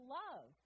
love